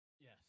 yes